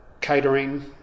catering